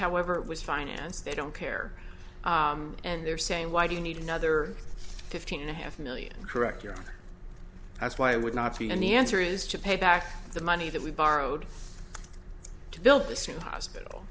however it was financed they don't care and they're saying why do you need another fifteen and a half million correct year that's why it would not be and the answer is to pay back the money that we borrowed to build the suit hospital